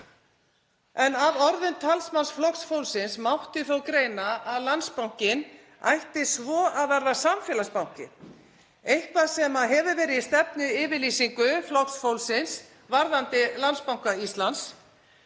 En af orðum talsmanns Flokks fólksins mátti þó greina að Landsbankinn ætti svo að verða samfélagsbanki, eitthvað sem hefur verið í stefnuyfirlýsingu Flokks fólksins varðandi Landsbanka Íslands